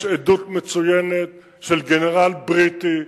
יש עדות מצוינת של גנרל בריטי,